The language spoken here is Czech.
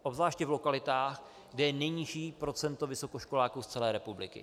Obzvláště v lokalitách, kde je nejnižší procento vysokoškoláků z celé republiky.